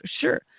Sure